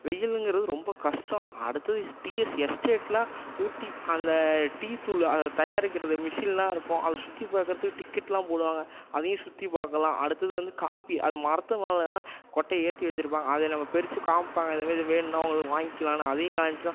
வெயிலுங்கிறது ரொம்ப கஷ்டம் அடுத்தது டீ எஸ் எஸ்டேட்லாம் ஊட்டி அந்த டீ தூள் அதை தயாரிக்கிறது மிஷின்லாம் இருக்கும் அதை சுற்றி பார்க்கறத்துக்கு டிக்கெட்லாம் போடுவாங்க அதையும் சுற்றி பார்க்கலாம் அடுத்தது வந்து காப்பி அதை மரத்து மேலே தான் கொட்டையை ஏற்றி வெச்சுருப்பாங்க அதை நம்ம பிறித்து காமிப்பாங்க இதை மாரி வேணுன்னா உங்களுக்கு வாங்க்கிலான்னு அதையும் காம்மிச்சா